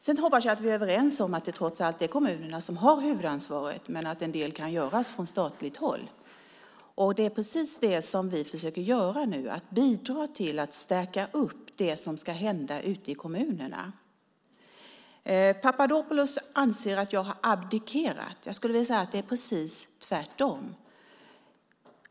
Sedan hoppas jag att vi är överens om att det trots allt är kommunerna som har huvudansvaret men att en del kan göras från statligt håll. Det är precis det som vi försöker göra nu - bidra till att stärka det som ska hända ute i kommunerna. Nikos Papadopoulos anser att jag har abdikerat. Jag skulle vilja säga att det är precis tvärtom.